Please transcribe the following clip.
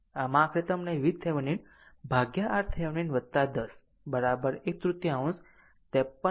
આમ આખરે તમને VThevenin RThevenin 10 એક તૃતીયાંશ 13